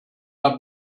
hat